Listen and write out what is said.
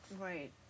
Right